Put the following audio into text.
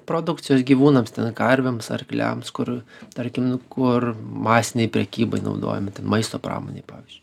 produkcijos gyvūnams ten karvėms arkliams kur tarkim nu kur masinei prekybai naudojami ten maisto pramonėj pavyzdžiui